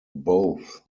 both